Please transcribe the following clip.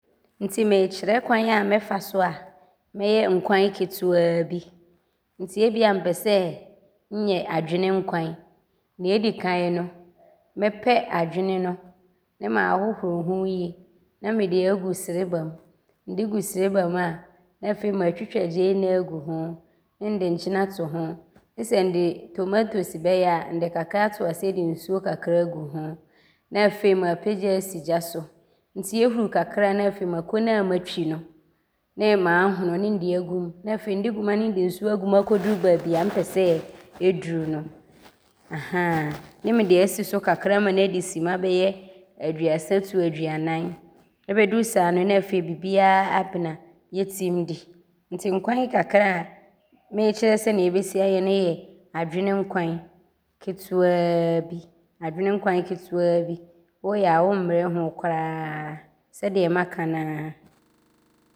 Nti meekyerɛ kwan a mɛfa so a mɛyɛ nkwan ketewaa bi nti ebia mpɛ sɛ nyɛ adwene nkwan a, deɛ ɔdi kan no, mɛpɛ adwene no ne maahohoro ho yie ne nde agu sereba mu. Nde gu sereba mu a ne afei maatwitwa gyeenee agu ho ne nde nkyene ato ho ne sɛ nde ntoosi bɛyɛ a, nde kakra to aseɛ wie a ne nde nsuo kakra agu ho ne afei maapagya asi gya so nti ɔhuru kakra a ne afei mako ne a matwi no, ne maahono ne nde agum ne afei nde gum a ne nde nsuo agum akɔduru baabi a mpɛ sɛ ɔduru no ahaa ne nde asi so kakra ama ne adi simma bɛyɛ aduasa de kɔ aduanan. Ɔbɛduru saa no, ne afei bibiaa abene a wotim di nti nkwan kakra a meekyerɛ sɛdeɛ mɛsi ayɛ ne yɛ adwene nkwan ketewaa bi. Adwene nkwan ketewaa bi. Wɔɔyɛ a wommrɛ hoo koraa sɛdeɛ maka no ara.